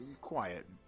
Quiet